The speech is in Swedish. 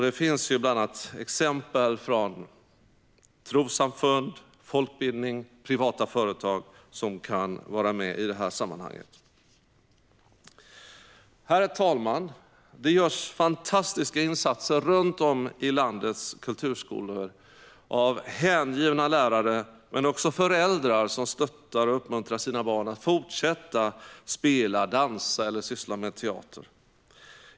Det finns exempel från trossamfund, folkbildning och privata företag som kan vara med. Herr talman! Det görs fantastiska insatser runt om i landets kulturskolor av hängivna lärare men också av föräldrar som stöttar och uppmuntrar sina barn att fortsätta spela, dansa eller syssla med teater.